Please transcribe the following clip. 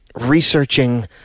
researching